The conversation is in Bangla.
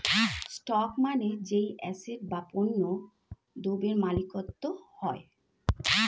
স্টক মানে যেই অ্যাসেট বা পণ্য দ্রব্যের মালিকত্ব হয়